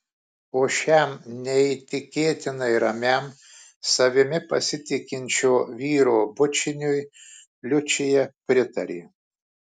o šiam neįtikėtinai ramiam savimi pasitikinčio vyro bučiniui liučija pritarė